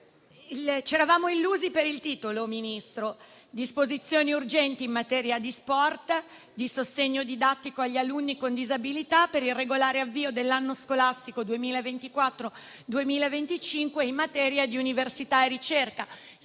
eravamo illusi per il titolo che reca «Disposizioni urgenti in materia di sport, di sostegno didattico agli alunni con disabilità, per il regolare avvio dell'anno scolastico 2024/2025 e in materia di università e ricerca».